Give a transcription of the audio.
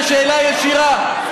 על שאלה ישירה.